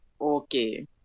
okay